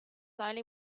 only